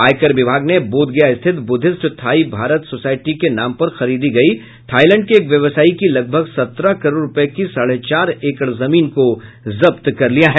आयकर विभाग ने बोधगया में स्थित बुद्धिस्ट थाई भारत सोसायटी के नाम पर खरीदी गयी थाईलैंड के एक व्यवसायी की लगभग सत्रह करोड़ रूपये की साढ़े चार एकड़ जमीन को जब्त कर लिया है